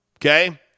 Okay